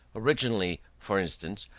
originally, for instance,